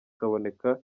kaboneka